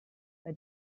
bei